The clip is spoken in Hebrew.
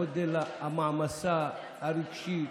גודל המעמסה הרגשית,